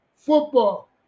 Football